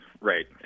right